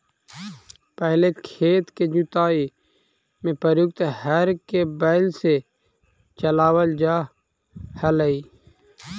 पहिले खेत के जुताई में प्रयुक्त हर के बैल से चलावल जा हलइ